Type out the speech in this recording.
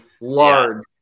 large